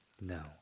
No